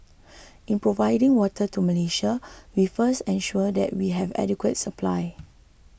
in providing water to Malaysia we first ensure that we have adequate supply